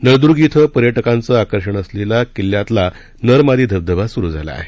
नळर्द्रा इथं पर्यटकांचं आकर्षण असलेला किल्ल्यातला नर मादी धबधबा सुरू झाला आहे